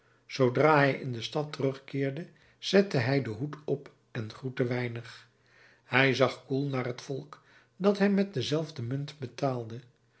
zoodra hij in de stad terugkeerde zette hij den hoed op en groette weinig hij zag koel naar het volk dat hem met dezelfde munt betaalde